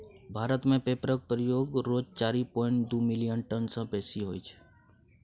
भारत मे पेपरक प्रयोग रोज चारि पांइट दु मिलियन टन सँ बेसी होइ छै